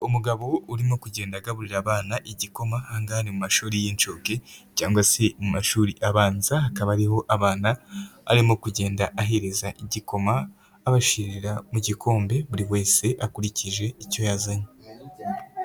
Umugabo we urimo kugenda agaburira abana igikoma, ahangaha ni mu mashuri y'inshuke cyangwa se mu mashuri abanza akaba, ariho abana arimo kugenda ahere za igikoma abashyirira mu gikombe buri wese akurikije icyo .